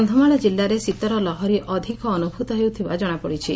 କକ୍ଷମାଳ ଜିଲ୍ଲାରେ ଶୀତର ଲହରୀ ଅଧିକ ଅନୁଭ୍ରତ ହେଉଥିବା କଶାପଡିଛି